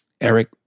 Eric